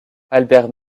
albert